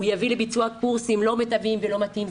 הוא יביא לביצוע קורסים לא מיטביים ולא מתאימים,